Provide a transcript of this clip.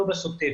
לא בשוטף,